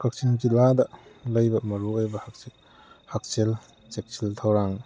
ꯀꯛꯆꯤꯡ ꯂꯤꯜꯂꯥꯗ ꯂꯩꯕ ꯃꯔꯨ ꯑꯣꯏꯕ ꯍꯛꯁꯦꯜ ꯆꯦꯛꯁꯤꯜ ꯊꯧꯔꯥꯡ